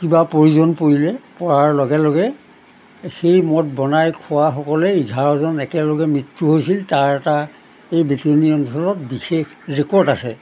কিবা পয়জন পৰিলে পৰাৰ লগে লগে সেই মদ বনাই খোৱাসকলে এঘাৰজন একেলগে মৃত্যু হৈছিল তাৰ এটা এই বিতণী অঞ্চলত বিশেষ ৰেকৰ্ড আছে